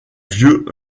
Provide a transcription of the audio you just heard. vieux